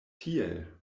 tiel